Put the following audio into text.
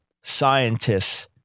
scientists